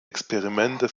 experimente